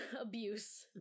abuse